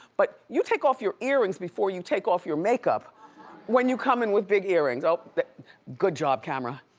but you take off your earrings before you take off your makeup when you come in with big earrings. ah good job, camera.